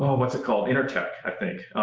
um what's it called? intertech. i think.